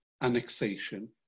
annexation